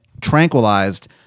tranquilized